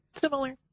similar